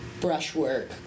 brushwork